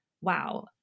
wow